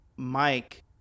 Mike